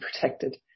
protected